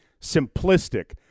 simplistic